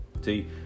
See